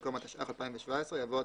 במקום "התשע"ח-2017" יבוא "התשפ"א-2020".